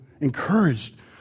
encouraged